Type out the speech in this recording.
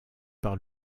par